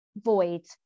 void